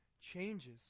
changes